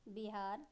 Bihar